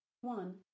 One